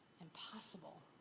impossible